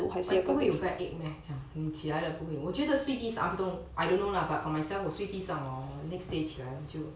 but 你不会有 backache meh 这样你起来了不会我觉得睡地 I don't know lah but for myself 我睡地上 hor next day 起来我就